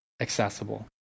accessible